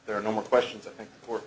there are no more questions